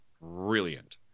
brilliant